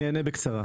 אני אענה בקצרה: